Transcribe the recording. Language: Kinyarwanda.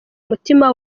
mutima